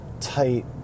tight